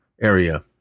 area